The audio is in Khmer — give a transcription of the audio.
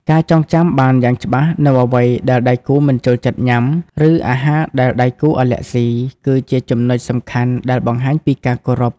ការចងចាំបានយ៉ាងច្បាស់នូវអ្វីដែលដៃគូមិនចូលចិត្តញ៉ាំ ឬអាហារដែលដៃគូអាឡែស៊ី គឺជាចំណុចសំខាន់ដែលបង្ហាញពីការគោរព។